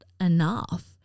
enough